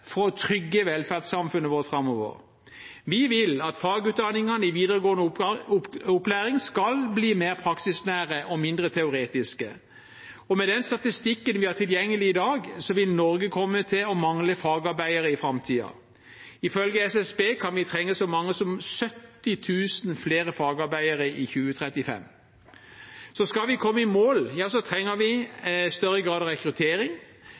for å trygge velferdssamfunnet vårt framover. Vi vil at fagutdanningene i videregående opplæring skal bli mer praksisnære og mindre teoretiske. Med den statistikken vi har tilgjengelig i dag, vil Norge komme til å mangle fagarbeidere i framtiden. Ifølge SSB kan vi trenge så mange som 70 000 flere fagarbeidere i 2035. Så skal vi komme i mål, trenger vi større grad av rekruttering.